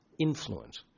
influence